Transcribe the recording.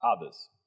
others